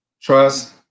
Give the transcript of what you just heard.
trust